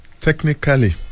Technically